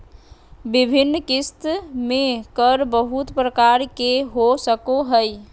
विभिन्न किस्त में कर बहुत प्रकार के हो सको हइ